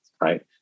right